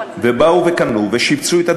ובאו וקנו ושיפצו את הדירות,